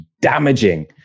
damaging